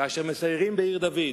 כאשר מסיירים בעיר-דוד.